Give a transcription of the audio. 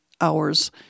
hours